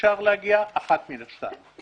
הוא הסביר.